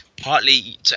partly